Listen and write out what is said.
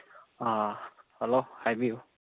ꯑꯥ hello ꯍꯥꯏꯕꯤꯌꯨ